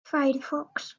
firefox